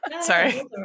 sorry